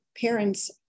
parents